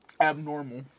abnormal